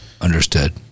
understood